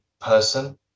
person